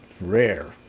Rare